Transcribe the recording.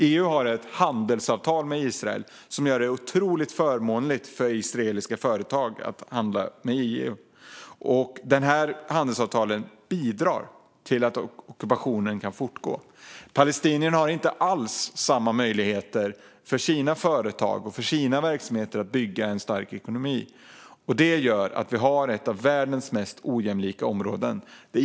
EU har ett handelsavtal med Israel som gör det otroligt förmånligt för israeliska företag att handla med EU, och dessa handelsavtal bidrar till att ockupationen kan fortgå. Palestinska företag och verksamheter har inte alls samma möjligheter att bygga en stark ekonomi, och det gör att vi här har ett av världens mest ojämlika områden.